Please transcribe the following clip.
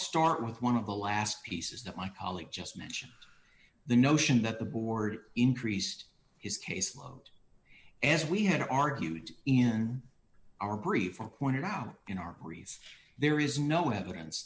start with one of the last pieces that my colleague just mentioned the notion that the board increased his caseload as we had argued in our brief or pointed out in our priest there is no evidence